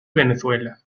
venezuela